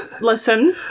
listen